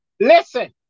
listen